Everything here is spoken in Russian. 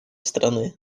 страны